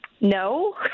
No